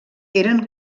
eren